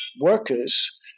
workers